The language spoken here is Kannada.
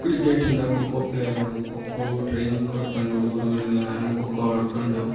ಕ್ರಿಕೆಟಿಂದ ಖೋಖೋ ಪ್ಲೇಯರ್ ನಾನು ಖೋಖೋ ಟ್ರೈನಿಂಗ್ ಕೊಟ್ಕೊಂಡು ಹುಡುಗರ್ಗಳಿಗೆ ನಾನು ಖೋಖೋ ಆಡಿಕೊಂಡು